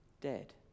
dead